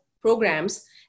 programs